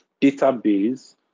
database